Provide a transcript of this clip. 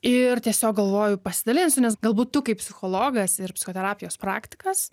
ir tiesiog galvoju pasidalinsiu nes galbūt tu kaip psichologas ir psichoterapijos praktikas